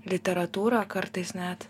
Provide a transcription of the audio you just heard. literatūrą kartais net